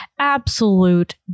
absolute